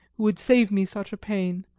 who would save me such a pain,